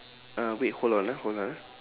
uh wait hold on ah hold on ah